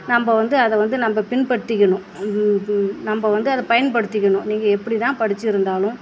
நம்ம வந்து அதை வந்து பின்படுத்திக்கணும் நம்ம வந்து அதை பயன்படுத்திக்கணும் நீங்கள் எப்படி தான் படித்திருந்தாலும்